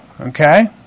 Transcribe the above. Okay